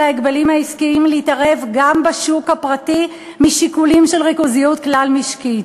ההגבלים העסקיים להתערב גם בשוק הפרטי משיקולים של ריכוזיות כלל-משקית.